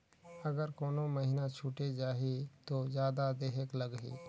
अगर कोनो महीना छुटे जाही तो जादा देहेक लगही?